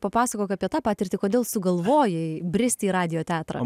papasakok apie tą patirtį kodėl sugalvojai bristi į radijo teatrą